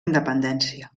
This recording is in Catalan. independència